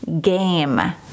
Game